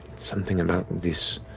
something about this